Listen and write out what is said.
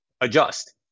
adjust